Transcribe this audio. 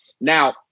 Now